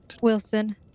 Wilson